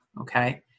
okay